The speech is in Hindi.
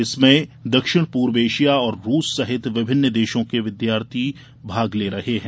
इसमें दक्षिण पूर्व एशिया और रूस सहित विभिन्न देशों के विद्यार्थी भाग ले रहे हैं